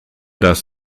das